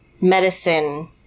medicine